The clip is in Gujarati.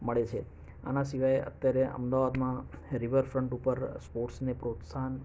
મળે છે આના સિવાય અત્યારે અમદાવાદમાં રિવરફ્રંટ ઉપર સ્પોર્ટ્સને પ્રોત્સાહન